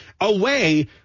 away